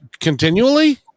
Continually